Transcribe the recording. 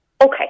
Okay